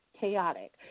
chaotic